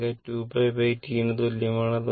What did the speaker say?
ω 2π T ന് തുല്യമാണ്